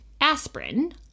aspirin